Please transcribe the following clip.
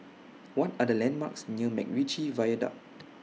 What Are The landmarks near Macritchie Viaduct